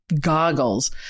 goggles